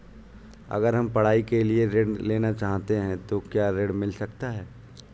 अगर हम पढ़ाई के लिए ऋण लेना चाहते हैं तो क्या ऋण मिल सकता है?